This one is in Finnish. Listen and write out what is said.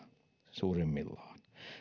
suurimmillaan